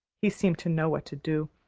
he seemed to know what to do.